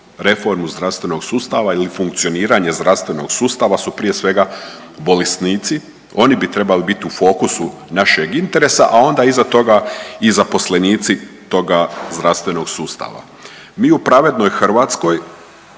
reformu zdravstvenog sustava ili funkcioniranje zdravstvenog sustava su prije svega bolesnici, oni bi trebali biti u fokusu našeg interesa, a onda iza toga i zaposlenici toga zdravstvenog sustava. Mi u pravednoj Hrvatskoj